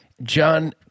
John